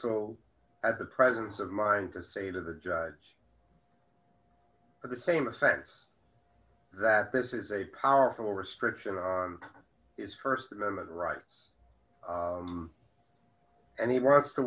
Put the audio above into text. so had the presence of mind to say to the judge at the same offense that this is a powerful restriction on his st amendment rights and he wants to